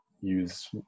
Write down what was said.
use